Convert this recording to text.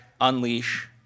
unleash